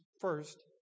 first